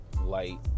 Light